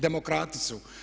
Demokrati su.